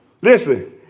listen